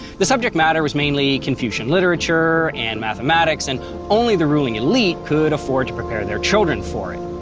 the subject matter was mainly confucian literature and mathematics and only the ruling elite could afford to prepare their children for it.